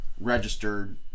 registered